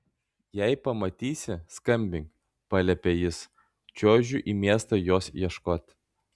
jei pamatysi skambink paliepė jis čiuožiu į miestą jos ieškot